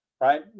right